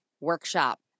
workshop